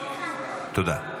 תודה.